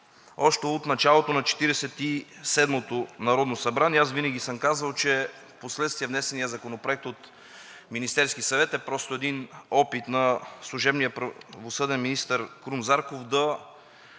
Четиридесет и седмото народно събрание. И аз винаги съм казвал, че впоследствие внесеният Законопроект от Министерския съвет е просто един опит на служебния правосъден министър Крум Зарков да